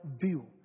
view